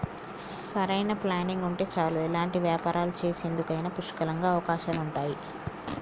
సరైన ప్లానింగ్ ఉంటే చాలు ఎలాంటి వ్యాపారాలు చేసేందుకైనా పుష్కలంగా అవకాశాలుంటయ్యి